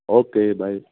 okay bye